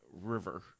river